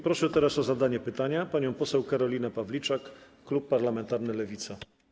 Proszę teraz o zadanie pytania panią poseł Karolinę Pawliczak, klub parlamentarny Lewica.